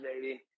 baby